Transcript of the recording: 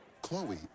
Chloe